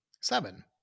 seven